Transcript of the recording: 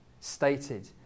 stated